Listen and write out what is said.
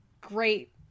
great